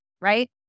right